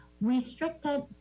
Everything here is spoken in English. Restricted